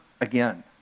again